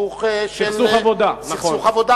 סכסוך עבודה.